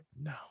No